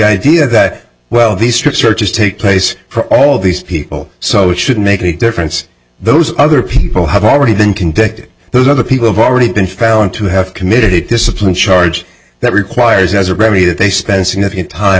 idea that well these strip searches take place for all these people so it shouldn't make any difference those other people have already been convicted those other people have already been found to have committed a discipline charge that requires as a remedy that they spent significant time